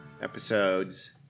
episodes